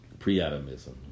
Pre-atomism